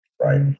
Right